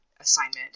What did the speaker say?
assignment